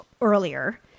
earlier